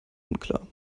unklar